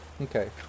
Okay